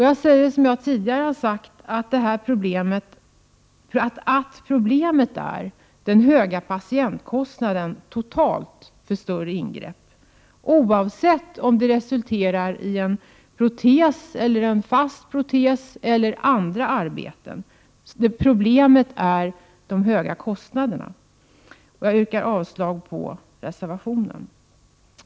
Jag säger som tidigare att problemet är den höga patientkostnaden totalt för större ingrepp, oavsett om det resulterar i en fast protes eller annat. Problemet är de höga kostnaderna. Jag yrkar avslag på reservationen.